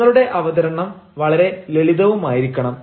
നിങ്ങളുടെ അവതരണം വളരെ ലളിതവുമായിരിക്കണം